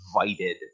invited